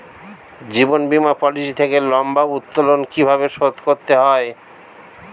জীবন বীমা পলিসি থেকে লম্বা উত্তোলন কিভাবে শোধ করতে হয়?